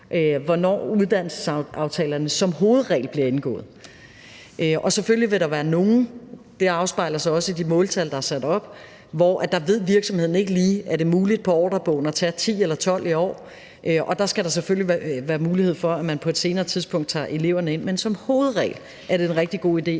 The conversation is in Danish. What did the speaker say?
hvornår uddannelsesaftalerne som hovedregel bliver indgået. Selvfølgelig vil det for nogles vedkommende gælde – det afspejler sig også i de måltal, der er sat op – at virksomheden ikke lige ved, om det ud fra ordrebogen er muligt at tage 10 eller 12 elever i år, og der skal der selvfølgelig være mulighed for, at man tager eleverne ind på et senere tidspunkt. Men som hovedregel er det en rigtig god idé,